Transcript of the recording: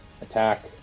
attack